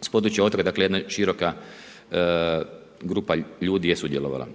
s područja otoka, dakle jedna široka grupa ljudi je sudjelovala.